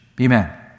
Amen